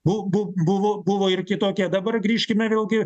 bu bu buvo buvo ir kitokie dabar grįžkime vėl gi